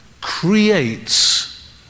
creates